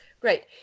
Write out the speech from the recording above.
Great